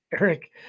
Eric